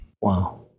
Wow